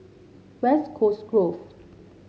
West Coast Grove